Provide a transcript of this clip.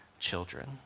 children